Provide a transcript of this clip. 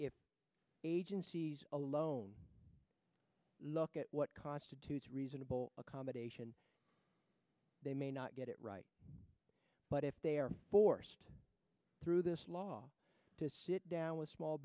agencies alone look at what constitutes reasonable accommodation they may not get it right but if they are forced through this law to sit down with small